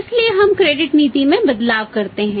इसलिए हम क्रेडिट खातों में निवेश की गणना करने जा रहे हैं